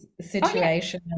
situation